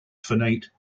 finite